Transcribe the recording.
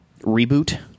reboot